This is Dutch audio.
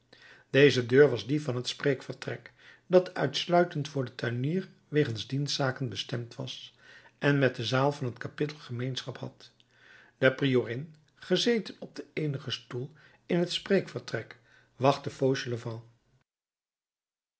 deze deur was die van het spreekvertrek dat uitsluitend voor den tuinier wegens dienstzaken bestemd was en met de zaal van het kapittel gemeenschap had de priorin gezeten op den eenigen stoel in het spreekvertrek